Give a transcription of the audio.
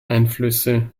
einflüsse